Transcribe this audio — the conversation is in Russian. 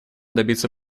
добиться